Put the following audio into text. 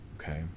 Okay